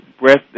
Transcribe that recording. breath